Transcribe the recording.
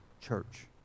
church